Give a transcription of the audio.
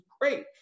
great